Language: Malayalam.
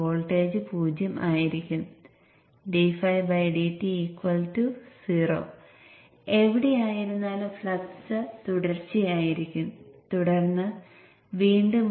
വോൾട്ടേജ് ഇവിടെയും 0 ആണ്